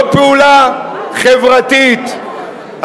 האם זו לא פעולה חברתית?